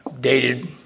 dated